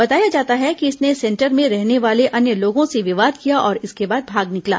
बताया जाता है कि इसने सेंटर में रहने वाले अन्य लोगों से विवाद किया और इसके बाद भाग निकला